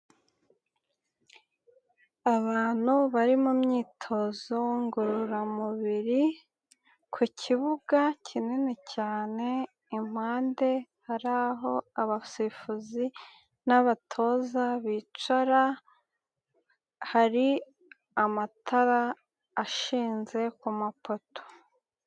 Abantu bari mu myitozo ngororamubiri, ku kibuga kinini cyane impande hari aho abasifuzi n'abatoza bicara, hari amatara ashinze ku mapoto.